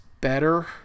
better